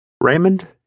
Raymond